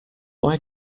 why